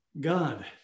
God